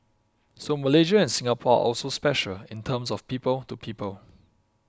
so Malaysia and Singapore are also special in terms of people to people